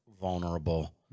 vulnerable